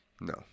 No